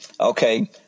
Okay